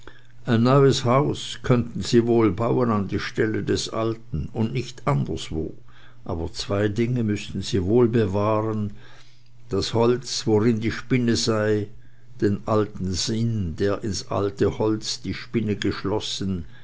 ein neues haus könnten sie wohl bauen an die stelle des alten und nicht anderswo aber zwei dinge müßten sie wohl bewahren das alte holz worin die spinne sei den alten sinn der ins alte holz die spinne geschlossen